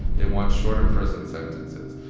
they want shorter prison sentences.